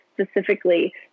specifically